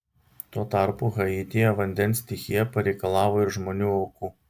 tuo tarpu haityje vandens stichija pareikalavo ir žmonių aukų